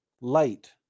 light